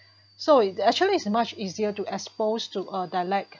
so it's actually is much easier to exposed to a dialect